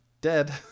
dead